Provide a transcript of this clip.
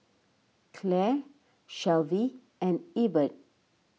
Claire Shelvie and Ebert